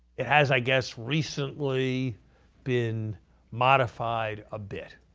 it has, i guess, recently been modified a bit.